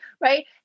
right